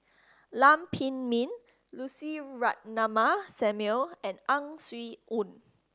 Lam Pin Min Lucy Ratnammah Samuel and Ang Swee Aun